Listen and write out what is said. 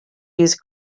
use